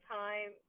time